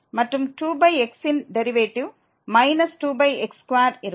மற்றும் 2x ன் derivative 2x2 இருக்கும்